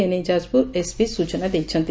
ଏନେଇ ଯାଜପୁର ଏସ୍ପି ସୂଚନା ଦେଇଛନ୍ତି